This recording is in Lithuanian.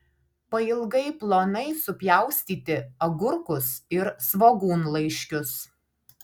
pailgai plonai supjaustyti agurkus ir svogūnlaiškius